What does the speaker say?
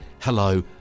hello